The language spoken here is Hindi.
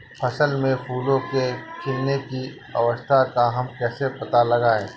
फसल में फूलों के खिलने की अवस्था का हम कैसे पता लगाएं?